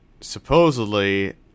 supposedly